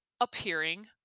appearing